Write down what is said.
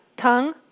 Tongue